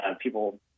people